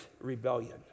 rebellion